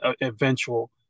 eventual